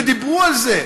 ודיברו על זה.